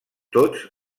tots